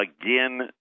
again